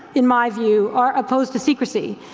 in my view, are opposed to secrecy.